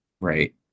Right